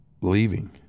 leaving